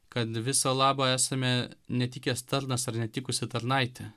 kad viso labo esame netikęs tarnas ar netikusi tarnaitė